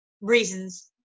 reasons